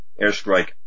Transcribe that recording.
airstrike